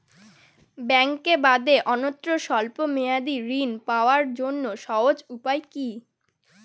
ব্যাঙ্কে বাদে অন্যত্র স্বল্প মেয়াদি ঋণ পাওয়ার জন্য সহজ উপায় কি?